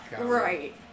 Right